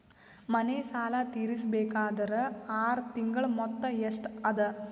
ಮನೆ ಸಾಲ ತೀರಸಬೇಕಾದರ್ ಆರ ತಿಂಗಳ ಮೊತ್ತ ಎಷ್ಟ ಅದ?